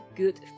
good